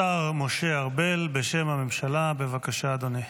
השר משה ארבל, בשם הממשלה, בבקשה, אדוני.